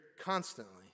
constantly